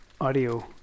audio